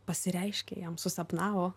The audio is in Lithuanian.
pasireiškė jam susapnavo